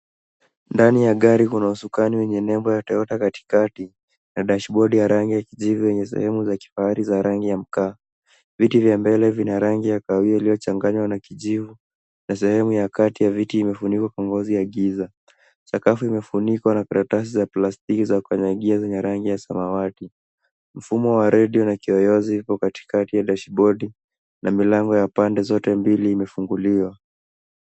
Ndani ya gari kuna usukani wenye nembo ya "Teota" katikati, na dashibodi ya rangi ya kahawia ya mchanganyiko (kichiwe). Sehemu za pembeni ni za rangi ya kijivu kilichokolea (mka). Viti vya mbele vina rangi ya kahawia ya kati (kawye) iliyochanganywa na kichiwe. Sehemu ya kati ya viti imefunikwa kwa ngozi ya rangi ya giza. Sakafu imefunikwa na mikeka ya plastiki ya rangi ya samawati iliyokolea. Mfumo wa redio na kiyoyozi uko katikati ya dashibodi. Milango ya pande zote mbili iko wazi.